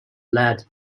led